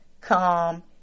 come